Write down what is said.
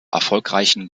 erfolgreichen